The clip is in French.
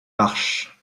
marches